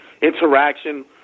interaction